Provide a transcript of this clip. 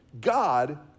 God